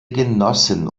genossen